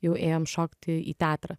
jau ėjom šokti į teatrą